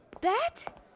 Bet